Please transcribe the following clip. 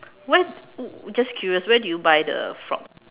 where just curious where did you buy the frog